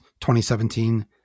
2017